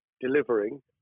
delivering